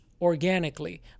organically